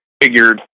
figured